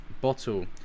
Bottle